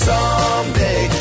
Someday